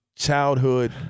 Childhood